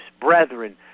brethren